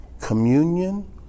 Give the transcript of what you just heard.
Communion